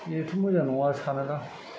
बेथ' मोजां नङा सानोलां